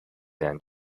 and